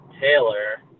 Taylor